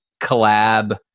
collab